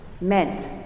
meant